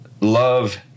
love